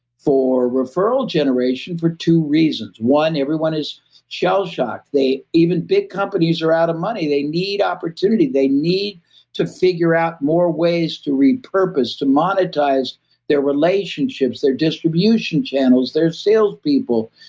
for referral generation, for two reasons. one, everyone is shell-shocked. even big companies are out of money. they need opportunity. they need to figure out more ways to repurpose, to monetize their relationships, their distribution channels, their salespeople,